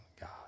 God